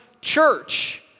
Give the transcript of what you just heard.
church